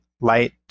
light